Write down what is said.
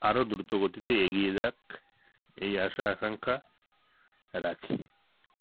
আরও দ্রুত গতিতে এগিয়ে যাক এই আশা আকাঙ্ক্ষা রাখি